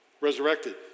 resurrected